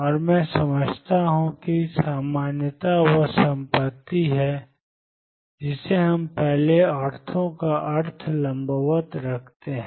और मैं समझाता हूं कि सामान्यता वह संपत्ति है जिसे हम पहले ऑर्थो का अर्थ लंबवत रखते हैं